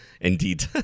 indeed